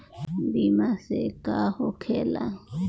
बीमा से का होखेला?